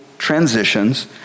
transitions